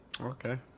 Okay